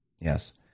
Yes